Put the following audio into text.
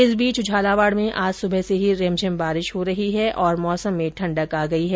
इस बीच झालावाड़ में आज सुबह से ही रिमझिम बारिश हो रही है और मौसम में ठंडक आ गई है